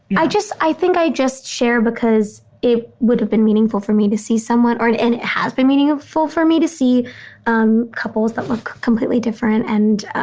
i just i think i just share because it would have been meaningful for me to see someone or and and it has been meaning for for me to see um couples that look completely different and